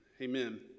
amen